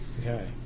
Okay